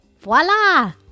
Voila